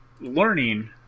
learning